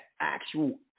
actual